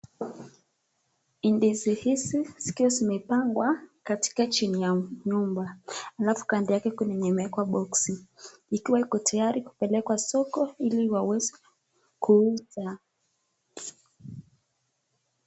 Ndizi hizi zimepangwa katika chini ya nyumba alafu kando yake ndio imewekwa boxi. Ikiwa iko tayari kupelekwa soko ili waweze kuuza.